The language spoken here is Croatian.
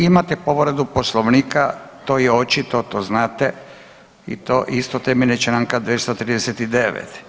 Ovaj, imate povredu Poslovnika to je očito, to znate i to isto temeljem Članka 239.